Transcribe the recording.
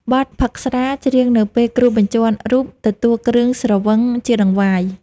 បទផឹកស្រា ច្រៀងនៅពេលគ្រូបញ្ជាន់រូបទទួលគ្រឿងស្រវឹងជាដង្វាយ។